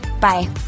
Bye